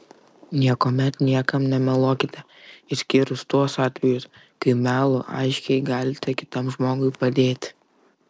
niekuomet niekam nemeluokite išskyrus tuos atvejus kai melu aiškiai galite kitam žmogui padėti